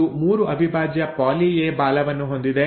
ಇದು 3 ಅವಿಭಾಜ್ಯ poly A ಬಾಲವನ್ನು ಹೊಂದಿದೆ